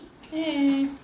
Hey